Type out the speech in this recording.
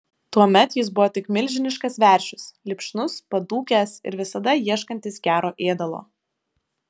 tuomet jis buvo tik milžiniškas veršis lipšnus padūkęs ir visada ieškantis gero ėdalo